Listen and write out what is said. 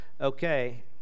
okay